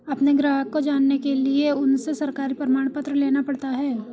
अपने ग्राहक को जानने के लिए उनसे सरकारी प्रमाण पत्र लेना पड़ता है